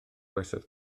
oesoedd